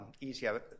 easier